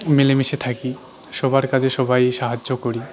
মিলেমিশে থাকি সবার কাজে সবাই সাহায্য করি